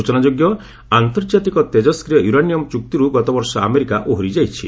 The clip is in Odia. ସୂଚନାଯୋଗ୍ୟ ଆନ୍ତର୍ଜାତିକ ତେଜଷ୍ରୟି ୟୁରାନିୟମ୍ ଚୁକ୍ତିରୁ ଗତବର୍ଷ ଆମେରିକା ଓହରି ଯାଇଛି